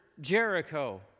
Jericho